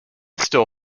still